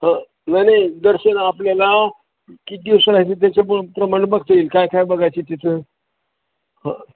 ह नाही नाही दर्शन आपल्याला किती दिवस रायचं त्याच्याप्रमाणे बघता येईल काय काय बघायची तिथं ह